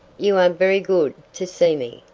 you are very good to see me,